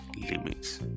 limits